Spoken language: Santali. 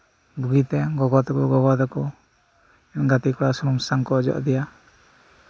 ᱵᱩᱜᱤᱛᱮ ᱜᱚᱜᱚ ᱛᱟᱠᱚ ᱵᱟᱵᱟ ᱛᱟᱠᱚ ᱜᱟᱛᱮ ᱠᱚᱲᱟ ᱥᱩᱱᱩᱢ ᱥᱟᱥᱟᱝ ᱠᱚ ᱚᱡᱚᱜ ᱟᱫᱮᱭᱟ